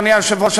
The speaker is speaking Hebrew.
אדוני היושב-ראש,